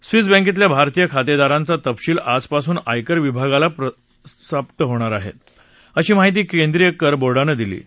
Swiss बँकेतल्या भारतीय खाते दरांचा तपशिल आजपासून आयकर विभागाला प्रात्प होणार आहे अशी माहिती केंद्रीय कर बोर्डानं दिली आहे